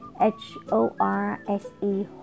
H-O-R-S-E